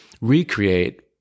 recreate